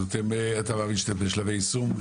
אז אני מבין שאתה בשלבי יישום.